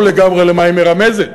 ברור לגמרי למה היא מרמזת.